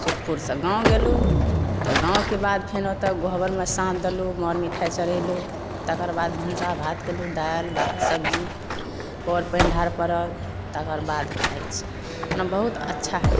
सुखपुरसँ गाँव गेलहुँ तऽ गाँवके बाद फेन ओतऽ गहबरमे साँझ देलहुँ मर मिठाइ चढ़ेलहुँ तकर बाद भनसा भात केलहुँ दालि भात सब्जी पर पानि ढ़ारऽ पड़ल तकर बाद खाए छी ओहिमे बहुत अच्छा